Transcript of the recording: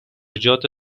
جات